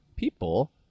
people